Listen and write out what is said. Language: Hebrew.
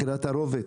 מחירי התערובת,